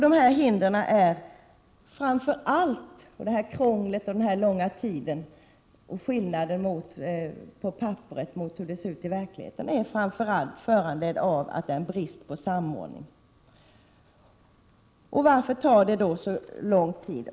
De här hindren, framför allt det här krånglet och den långa tid det tar och skillnaden mellan hur det ser ut på papperet och i verkligheten, är framför allt föranledda av att det finns en brist på samordning. Varför tar det då så lång tid?